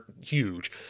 huge